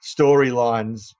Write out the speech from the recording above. storylines